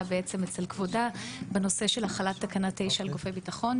אצל כבודה בנושא החלת תקנה 9 לגופי ביטחון,